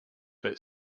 but